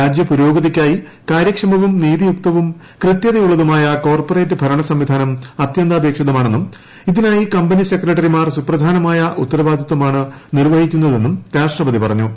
രാജ്യ പുരോഗതിക്കായി കാര്യക്ഷമവും നീതിയുക്തവും കൃത്യതയുള്ളതുമായ കോർപ്പറേറ്റ് ഭരണസംവിധാനം അത്യന്താപേക്ഷിതമാണെന്നും ഇതിനായി കമ്പനി സെക്രട്ടറിമാർ സുപ്രധാനമായ ഉത്തരവാദിത്തമാണ് നിർവഹിക്കുന്നതെന്നും രാഷ്ട്രപതി പറഞ്ഞു